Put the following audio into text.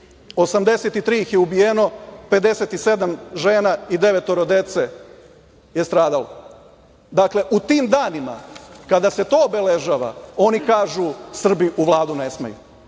ih je ubijeno, 57 žena i devetoro dece je stradalo. Dakle, u tim danima kada se to obeležava oni kažu – Srbi u Vladu ne smeju.